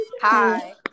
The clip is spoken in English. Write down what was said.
Hi